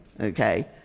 Okay